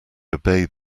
obeyed